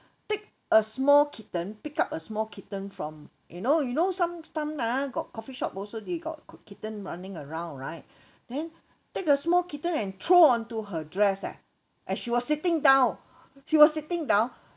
take a small kitten pick up a small kitten from you know you know some sometime ah got coffee shop also they got k~ kittens running around right then take a small kitten and throw onto her dress eh as she was sitting down she was sitting down